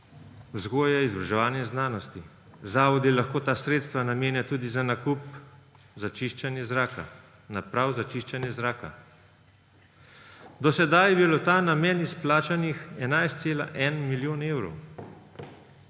vzgoje, izobraževanje, znanosti. Zavodi lahko ta sredstva namenja tudi za nakup naprav za čiščenje zraka. Do sedaj je bilo v ta namen izplačanih 11,1 milijonov evrov.